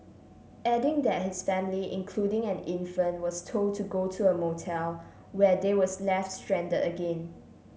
adding that his family including an infant was told to go to a motel where they were left strand again